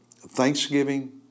Thanksgiving